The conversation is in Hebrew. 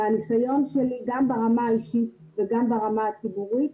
מהניסיון שלי גם ברמה האישית וגם ברמה הציבורית,